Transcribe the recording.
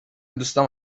دوستام